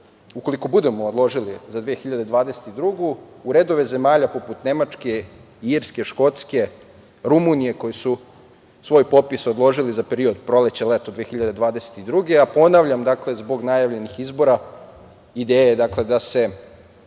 ukoliko budemo odložili za 2022. godinu, u redove zemalja poput Nemačke, Irske, Škotske, Rumunije, koje su svoj popis odložile za period proleće – leto 2022. godine. Ponavljam, dakle zbog najavljenih izbora ideja je da se